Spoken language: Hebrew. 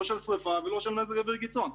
לא של שרפה ולא של מזג אוויר קיצון,